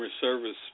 service